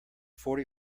forty